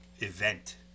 event